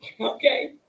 Okay